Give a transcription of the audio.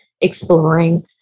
exploring